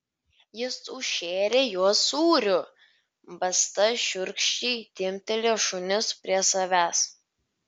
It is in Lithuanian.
jis užšėrė juos sūriu basta šiurkščiai timptelėjo šunis prie savęs